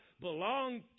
belong